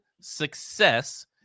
success